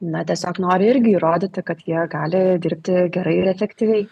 na tiesiog nori irgi įrodyti kad jie gali dirbti gerai ir efektyviai